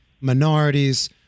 Minorities